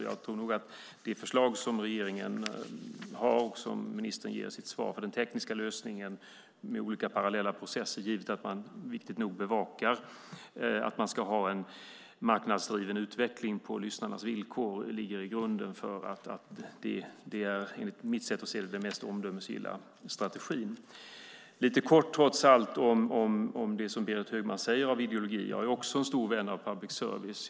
Jag tror att det förslag som regeringen har, och som ministern ger i sitt svar, på den tekniska lösningen med olika parallella processer, givet att man noga bevakar att man får en marknadsdriven utveckling på lyssnarnas villkor, ligger till grund för att det är, enligt mitt sätt att se det, den mest omdömesgilla strategin. Låt mig lite kort ta upp det som Berit Högman säger när det gäller ideologin. Jag är också en stor vän av public service.